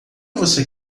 você